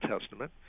Testament